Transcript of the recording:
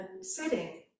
sitting